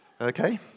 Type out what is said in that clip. Okay